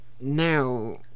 now